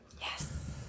Yes